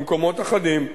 במקומות אחדים,